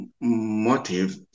motive